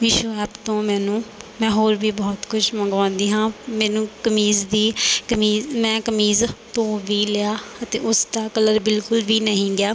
Meesho app ਤੋਂ ਮੈਨੂੰ ਮੈਂ ਹੋਰ ਵੀ ਬਹੁਤ ਕੁਝ ਮੰਗਵਾਉਂਦੀ ਹਾਂ ਮੈਨੂੰ ਕਮੀਜ਼ ਦੀ ਕਮੀਜ਼ ਮੈਂ ਕਮੀਜ਼ ਧੋ ਵੀ ਲਿਆ ਅਤੇ ਉਸ ਦਾ ਕਲਰ ਬਿਲਕੁਲ ਵੀ ਨਹੀਂ ਗਿਆ